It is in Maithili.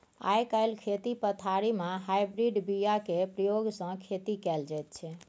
आइ काल्हि खेती पथारी मे हाइब्रिड बीया केर प्रयोग सँ खेती कएल जाइत छै